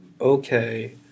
okay